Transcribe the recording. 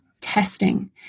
testing